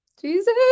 Jesus